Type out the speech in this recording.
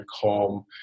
calm